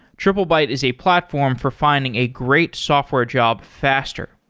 triplebyte is a platform for finding a great software job faster.